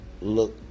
look